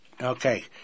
Okay